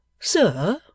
Sir